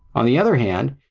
on the other hand,